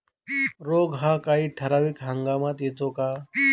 रोग हा काही ठराविक हंगामात येतो का?